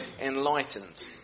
enlightened